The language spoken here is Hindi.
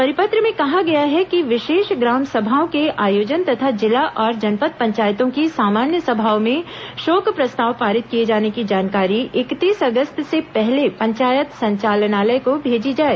परिपत्र में कहा गया है कि विशेष ग्राम सभाओं के आयोजन तथा जिला और जनपद पंचायतों की सामान्य सभाओं में शोक प्रस्ताव पारित किए जाने की जानकारी इकतीस अगस्त से पहले पंचायत संचालनालय को भेजी जाए